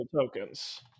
tokens